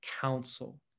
counsel